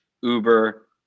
Uber